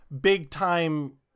big-time